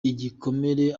igikomere